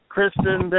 Kristen